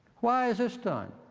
why is this time?